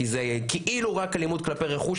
כי זה כאילו רק אלימות כלפי רכוש,